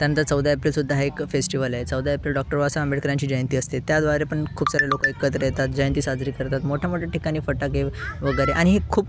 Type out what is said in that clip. त्यानंतर चौदा एप्रिलसुद्धा हा एक फेस्टिवल आहे चौदा एप्रिल डॉक्टर बाबासाहेब आंबेडकरांची जयंती असते त्याद्वारे पण खूप सारे लोक एकत्र येतात जयंती साजरी करतात मोठ्या मोठ्या ठिकाणी फटाके वगैरे आणि हे खूप